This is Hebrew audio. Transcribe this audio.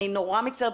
אני נורא מצטערת,